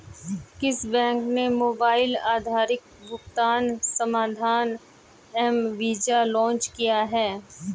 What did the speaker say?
किस बैंक ने मोबाइल आधारित भुगतान समाधान एम वीज़ा लॉन्च किया है?